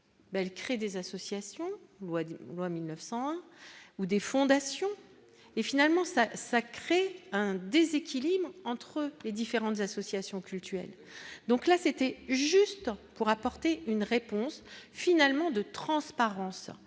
elles créent des associations loi dit loi 1901 ou des fondations, et finalement, ça, ça crée un déséquilibre entre les différentes associations cultuelles, donc là, c'était juste pour apporter une réponse finalement de transparence